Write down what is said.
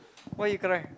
why you cry